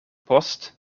post